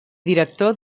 director